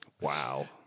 Wow